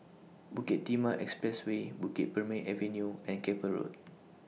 Bukit Timah Expressway Bukit Purmei Avenue and Keppel Road